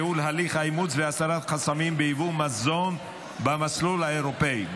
ייעול הליך האימוץ והסרת חסמים ביבוא מזון במסלול האירופי).